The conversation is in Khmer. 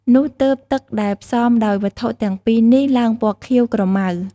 នោះទើបទឹកដែលផ្សំដោយវត្ថុទាំងពីរនេះឡើងពណ៌ខៀវក្រមៅ។